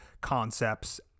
concepts